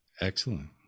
Excellent